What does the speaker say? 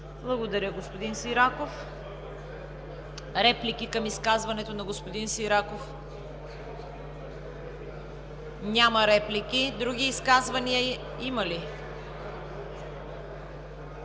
Благодаря, господин Сираков. Реплики към изказването на господин Сираков? Няма реплики. Други изказвания има ли?